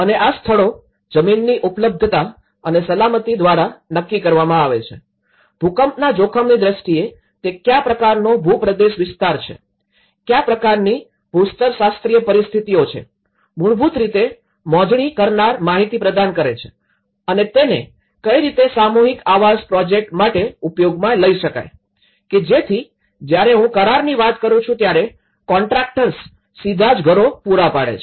અને આ સ્થળો જમીનની ઉપલબ્ધતા અને સલામતી દ્વારા નક્કી કરવામાં આવે છે ભૂકંપના જોખમની દ્રષ્ટિએ તે ક્યાં પ્રકારનો ભૂપ્રદેશ વિસ્તાર છે ક્યાં પ્રકારની ભૂસ્તરશાસ્ત્રીય પરિસ્થિતિઓ છે મૂળભૂત રીતે મોજણી કરનાર માહિતી પ્રદાન કરે છે અને તેને કઈ રીતે સામૂહિક આવાસ પ્રોજેક્ટ્સ માટે ઉપયોગમાં લઇ શકાય તેથી જયારે હું કરારની વાત કરું છું ત્યારે કોન્ટ્રાક્ટર્સ સીધા જ ઘરો પુરા પડે છે